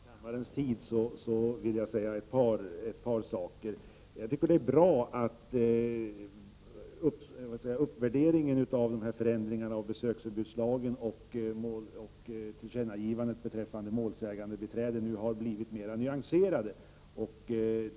Herr talman! Även om det kanske upptar kammarens tid vill jag säga ett par saker. Jag tycker det är bra att uppvärderingen av förändringen av besöksförbudslagen och tillkännagivandet beträffande målsägandebiträde nu har blivit något mera nyanserade.